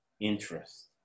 interest